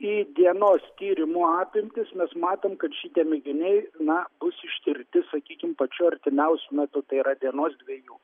į dienos tyrimų apimtis mes matom kad šitie mėginiai na bus ištirti sakykim pačiu artimiausiu metu tai yra dienos dviejų